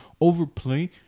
overplay